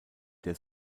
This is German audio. der